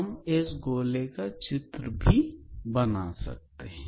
हम इस गोले का चित्र भी बना सकते हैं